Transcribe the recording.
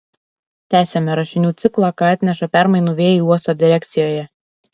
tęsiame rašinių ciklą ką atneša permainų vėjai uosto direkcijoje